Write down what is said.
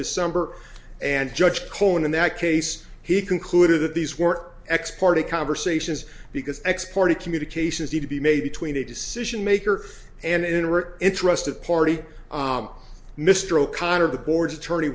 december and judge cohen in that case he concluded that these were ex parte conversations because x party communications need to be made between a decision maker and in or interested party mr o'connor the board's attorney